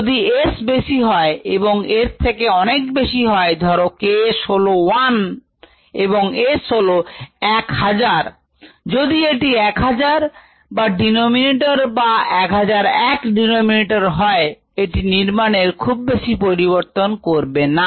যদি s বেশি হয় এবং এর থেকে অনেক বেশি হয় ধরো K s হল 1 এবং S হল 1000 যদি এটি 1000 যা denominator বা 1001 denominator হয় এটি নির্মাণের খুব বেশি পরিবর্তন করবে না